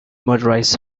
motorized